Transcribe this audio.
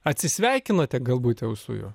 atsisveikinote galbūt jau su juo